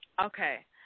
Okay